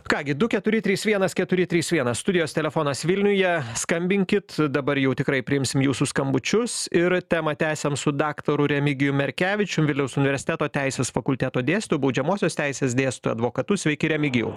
ką gi du keturi trys vienas keturi trys vienas studijos telefonas vilniuje skambinkit dabar jau tikrai priimsim jūsų skambučius ir temą tęsiam su daktaru remigijumi merkevičium vilniaus universiteto teisės fakulteto dėstytoju baudžiamosios teisės dėstytoju advokatu sveiki remigijau